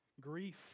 grief